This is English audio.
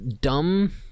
dumb